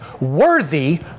worthy